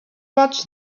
watch